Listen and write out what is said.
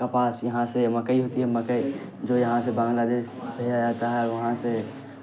کپاس یہاں سے مکئی ہوتی ہے مکئی جو یہاں سے بنگلہ دیش بھیجا جاتا ہے وہاں سے